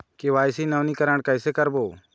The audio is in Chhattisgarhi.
के.वाई.सी नवीनीकरण कैसे करबो?